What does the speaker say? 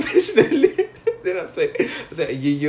ya